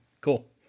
cool